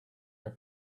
her